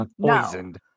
poisoned